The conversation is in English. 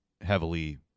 heavily